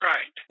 Right